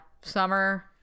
summer